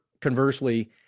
conversely